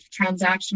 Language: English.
transactional